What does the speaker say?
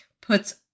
puts